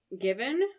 given